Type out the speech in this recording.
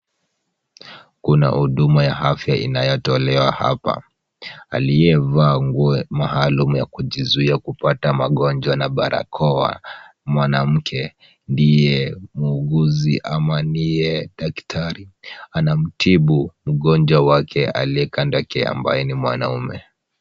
Kuna huduma ya afya inayotolewa hapa. Aliyevaa nguo maalum ya kujizuia kupata magonjwa na barakoa, mwanamke, ndiye muuguzi ama ndiye daktari. Anamtibu mgonjwa wake aliye kando yake ambaye ni mwanaume.